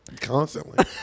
Constantly